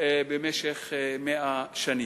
במשך 100 שנים.